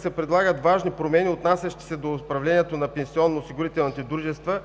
се предлагат важни промени, отнасящи се до управлението на пенсионносигурителните дружества